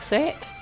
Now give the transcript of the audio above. set